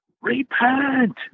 repent